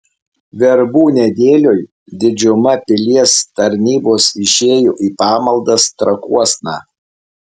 verbų nedėlioj didžiuma pilies tarnybos išėjo į pamaldas trakuosna